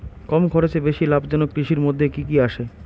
কম খরচে বেশি লাভজনক কৃষির মইধ্যে কি কি আসে?